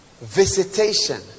visitation